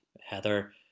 Heather